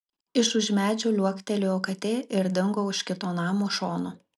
iš už medžio liuoktelėjo katė ir dingo už kito namo šono